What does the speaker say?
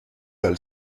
val